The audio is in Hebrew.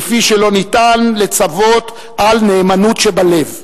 כפי שלא ניתן לצוות על "נאמנות שבלב".